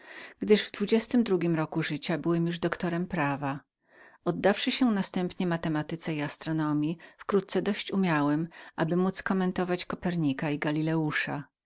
gdyż w dwudziestym drugim roku życia byłem już doktórem prawa oddawszy się następnie matematyce i astronomji wkrótce dość umiałem aby módz kommentować kopernika i gallileusza nie